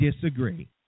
disagree